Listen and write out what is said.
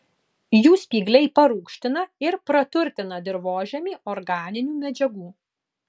jų spygliai parūgština ir praturtina dirvožemį organinių medžiagų